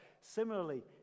similarly